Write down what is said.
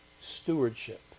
stewardship